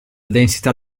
densità